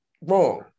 wrong